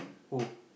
who